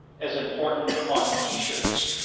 as important on t-shirts,